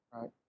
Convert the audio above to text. Right